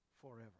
Forever